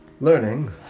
learning